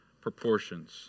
proportions